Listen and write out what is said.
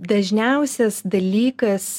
dažniausias dalykas